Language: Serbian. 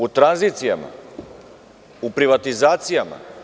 U tranzicijama, u privatizacijama.